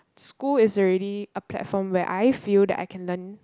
school is already a platform where I feel that I can learn